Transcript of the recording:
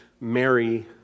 Mary